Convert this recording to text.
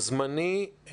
הזמני,